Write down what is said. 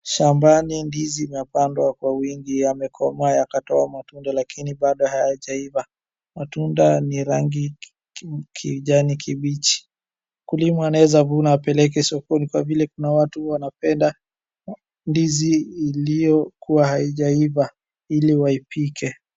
Shambani ndizi inapandwa kwa wingi, yamekomaa yakatoa matunda lakini bado hayajaiva. Matunda ni rangi kijani kibichi. Mkulima anaweza vuna apeleke sokoni kwa vile kuna watu wanapenda ndizi iliokuwa haijaiva ili waipike.